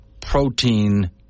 protein